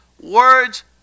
Words